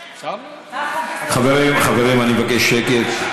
חברים, אני מבקש שקט.